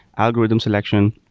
algorithm selection.